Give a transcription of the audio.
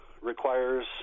requires